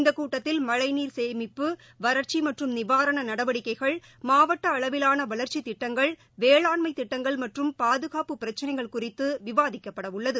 இந்த கூட்டத்தில் மஎழநீர் சேமிப்பு வறட்சி மற்றும் நிவாரண நடவடிக்கைகள் மாவட்ட அளவிவான வளர்ச்சித் திட்டங்கள் வேளாண்மைத் திட்டங்கள் மற்றும் பாதுகாப்பு பிரச்னைகள் குறித்து விவாதிக்கப்படவுள்ளது